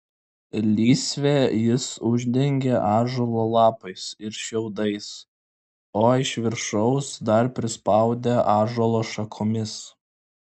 lysvę jis uždengė ąžuolo lapais ir šiaudais o iš viršaus dar prispaudė ąžuolo šakomis